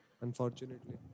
unfortunately